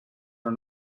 are